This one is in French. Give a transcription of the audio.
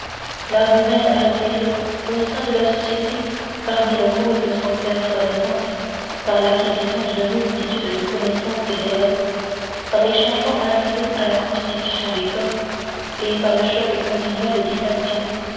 l'âme humaine altérée au sein de la société par mille causes sans cesse renaissantes par l'acquisition d'une multitude de connaissances et d'erreurs par les changements arrivés à la constitution des corps et par le choc continuel des passions